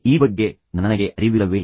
ಈ ಬಗ್ಗೆ ನನಗೆ ಅರಿವಿಲ್ಲವೇ